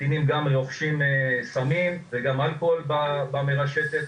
קטינים גם רוכשים סמים ואלכוהול ברשת,